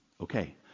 Okay